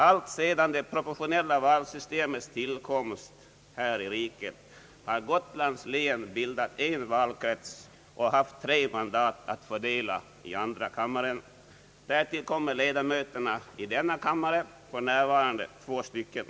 Alltsedan det proportionella valsystemets införande här i riket har Gotlands län bildat en valkrets och haft tre mandat att fördela i andra kammaren. Därtill kommer ledamöterna i denna kammare, för närvarande två stycken.